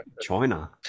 China